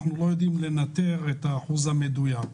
אנחנו לא יודעים לנטר את האחוז המדויק.